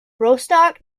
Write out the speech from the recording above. rostock